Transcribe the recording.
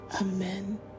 Amen